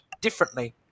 differently